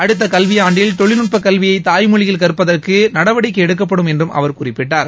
அடுத்த கல்வி ஆண்டில் தொழில்நுட்ப கல்வியை தாய்மொழியில் கற்பதற்கு நடவடிக்கை எடுக்கப்படும் என்று அவர் குறிப்பிட்டார்